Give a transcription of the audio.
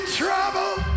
trouble